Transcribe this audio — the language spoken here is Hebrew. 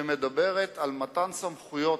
שמדברת על מתן סמכויות